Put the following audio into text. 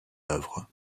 œuvres